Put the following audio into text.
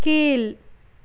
கீழ்